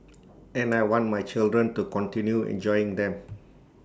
and I want my children to continue enjoying them